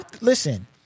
Listen